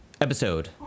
episode